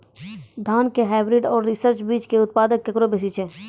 धान के हाईब्रीड और रिसर्च बीज मे उत्पादन केकरो बेसी छै?